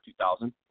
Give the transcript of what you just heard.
2000